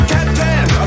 Captain